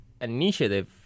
initiative